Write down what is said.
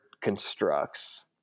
constructs